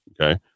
okay